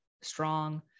strong